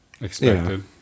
expected